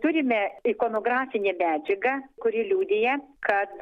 turime ikonografinė medžiagą kuri liudija kad